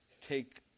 take